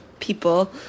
people